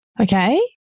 Okay